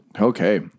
Okay